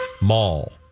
Mall